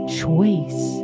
choice